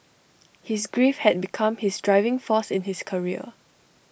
his grief had become his driving force in his career